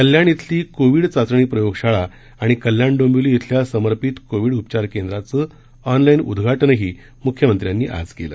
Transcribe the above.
कल्याण इथली कोविड चाचणी प्रयोगशाळा आणि कल्याण डोंबिवली इथल्या समर्पित कोविड उपचार केंद्रांचे ऑनलाईन उदघाटनही मुख्यमंत्र्यांनी आज केलं